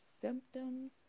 symptoms